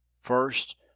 First